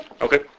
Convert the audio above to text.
Okay